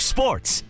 Sports